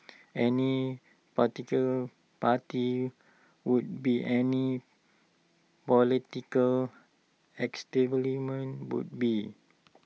any particular party would be any political would be